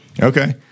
Okay